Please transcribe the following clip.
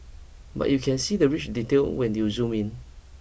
but you can see the rich detail when you zoom in